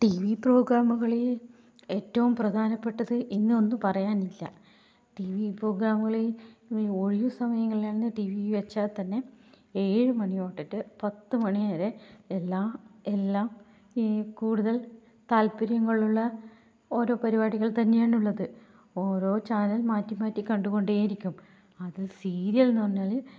T V പ്രോഗ്രാമുകളിൽ ഏറ്റവും പ്രധാനപ്പെട്ടത് ഇന്ന് ഒന്നും പറയാനില്ല ടി വി പ്രോഗ്രാമുകളിൽ ഒഴിവ് സമയങ്ങളിലാണ് ടി വി വെച്ചാൽ തന്നെ ഏഴുമണി തൊട്ടിട്ട് പത്തു മണിവരെ എല്ലാ എല്ലാ ഈ കൂടുതൽ താല്പര്യങ്ങളുള്ള ഓരോ പരിപാടികൾ തന്നെയാണ് ഉള്ളത് ഓരോ ചാനൽ മാറ്റി മാറ്റി കണ്ട് കൊണ്ടേയിരിക്കും അത് സീരിയലെന്ന് പറഞ്ഞാൽ